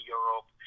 Europe